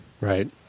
Right